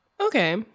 Okay